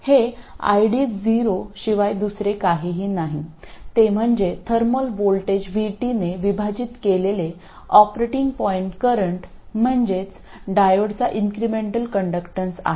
हे ID0 शिवाय दुसरे काहीही नाही ते म्हणजे थर्मल व्होल्टेज Vt ने विभाजित केलेले ऑपरेटिंग पॉईंट करंट म्हणजे डायोडचा इंक्रेमेंटल कण्डक्टन्स आहे